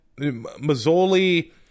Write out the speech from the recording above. Mazzoli